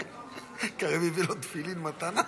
קריב הביא לו תפילין מתנה.